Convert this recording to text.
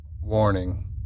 Warning